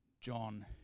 john